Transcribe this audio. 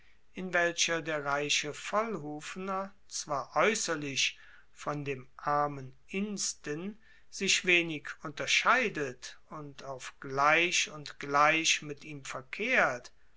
in welcher der reiche vollhufener zwar aeusserlich von dem armen insten sich wenig unterscheidet und auf gleich und gleich mit ihm verkehrt